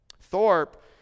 Thorpe